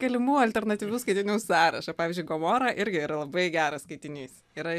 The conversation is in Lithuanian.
galimų alternatyvių skaitinių sąrašą pavyzdžiui gomora irgi yra labai geras skaitinys yra